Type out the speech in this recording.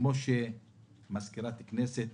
כמו שמזכירת הכנסת,